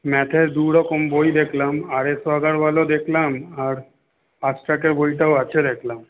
ম্যাথের দুরকম বই দেখলাম আর এস আগরওয়ালও দেখলাম আর ফাস্টট্র্যাকের বইটাও আছে দেখলাম